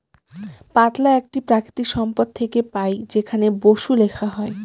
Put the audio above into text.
পাতলা একটি প্রাকৃতিক সম্পদ থেকে পাই যেখানে বসু লেখা হয়